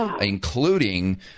including